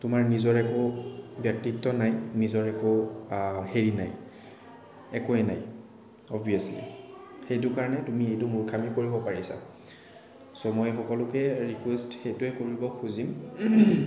তোমাৰ নিজৰ একো ব্য়ক্তিত্ব নাই নিজৰ একো হেৰি নাই একোৱেই নাই অৱভিয়াচলি সেইটো কাৰণে তুমি এইটো মুৰ্খামি কৰিব পাৰিছা চ' মই সকলোকে ৰিকুয়েষ্ট সেইটোৱেই কৰিব খুজিম